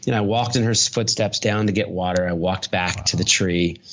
you know i walked in her footsteps down to get water. i walked back to the tree.